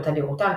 בתדירותן,